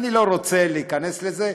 אני לא רוצה להיכנס לזה,